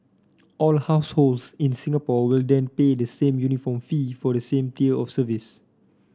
all households in Singapore will then pay the same uniform fee for the same tier of service